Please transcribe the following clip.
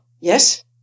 yes